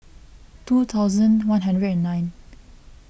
two thousand one hundred and nine